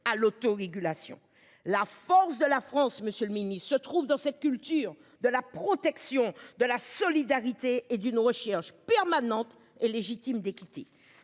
à l'autorégulation. La force de la France. Monsieur le Ministre, se trouve dans cette culture de la protection de la solidarité et d'une recherche permanente et légitime des